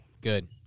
Good